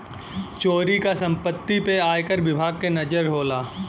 चोरी क सम्पति पे आयकर विभाग के नजर होला